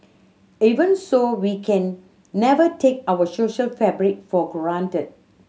even so we can never take our social fabric for granted